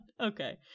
okay